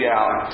out